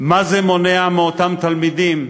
מה זה מונע מאותם תלמידים,